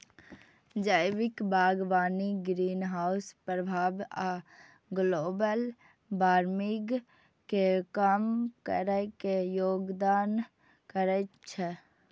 जैविक बागवानी ग्रीनहाउस प्रभाव आ ग्लोबल वार्मिंग कें कम करै मे योगदान करै छै